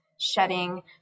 shedding